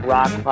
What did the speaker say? Rock